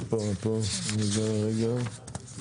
הצבעה ההסתייגויות לא התקבלו.